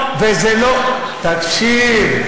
תקשיב.